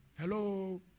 Hello